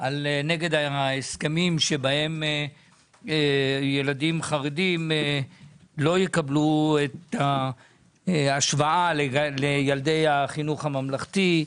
נגד ההסכמים בהם ילדים חרדים לא יקבלו את ההשוואה לילדי החינוך הממלכתי.